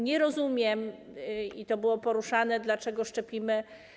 Nie rozumiem - i to było poruszane - dlaczego szczepimy.